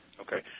Okay